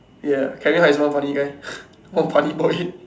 ya Kevin Hart is one funny guy one funny boy